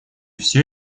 всё